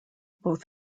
both